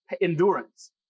endurance